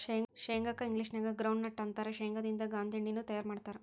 ಶೇಂಗಾ ಕ್ಕ ಇಂಗ್ಲೇಷನ್ಯಾಗ ಗ್ರೌಂಡ್ವಿ ನ್ಯೂಟ್ಟ ಅಂತಾರ, ಶೇಂಗಾದಿಂದ ಗಾಂದೇಣ್ಣಿನು ತಯಾರ್ ಮಾಡ್ತಾರ